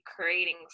creating